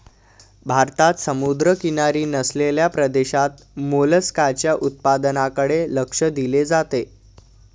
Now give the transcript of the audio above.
भारतात समुद्रकिनारी नसलेल्या प्रदेशात मोलस्काच्या उत्पादनाकडे लक्ष दिले जाते